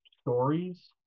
stories